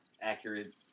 accurate